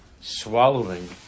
swallowing